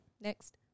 Next